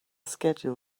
schedule